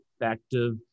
effective